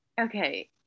Okay